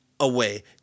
away